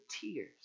tears